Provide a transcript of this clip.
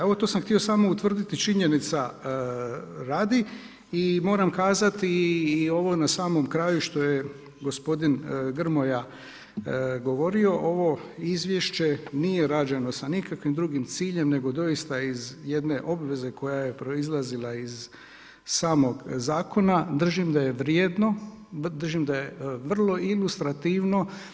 Evo to sam htio samo utvrditi činjenica radi i moram kazati i ovo na samom kraju što je gospodin Grmoja govorio, ovo izvješće nije rađeno sa nikakvim drugim ciljem, nego doista iz jedne obveze koja je proizlazila iz samog zakona, držim da je vrijedno, držim da je vrlo ilustrativno.